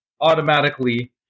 automatically